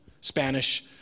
Spanish